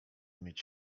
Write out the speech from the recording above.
mieć